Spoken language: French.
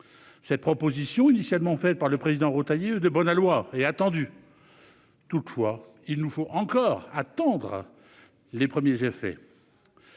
Cette proposition, formulée initialement par le président Retailleau est de bon aloi et attendue. Toutefois, il nous faut encore en attendre les premiers effets.